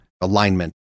Alignment